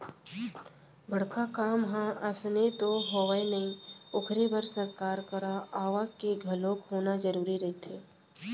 बड़का काम ह अइसने तो होवय नही ओखर बर सरकार करा आवक के घलोक होना जरुरी रहिथे